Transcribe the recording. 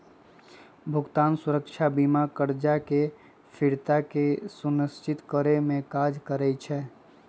भुगतान सुरक्षा बीमा करजा के फ़िरता के सुनिश्चित करेमे काज करइ छइ